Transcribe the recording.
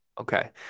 Okay